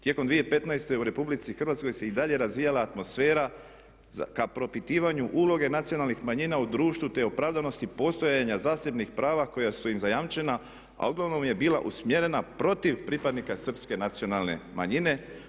Tijekom 2015.u RH se i dalje razvijala atmosfera ka propitivanju uloge nacionalnih manjina u društvu te opravdanosti postojanja zasebnih prava koja su im zajamčena a uglavnom je bila usmjerena protiv pripadnika Srpske nacionalne manjine.